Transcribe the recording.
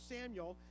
Samuel